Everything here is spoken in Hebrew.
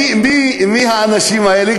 מי האנשים האלה?